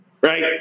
Right